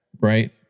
right